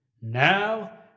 Now